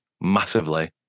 massively